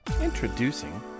Introducing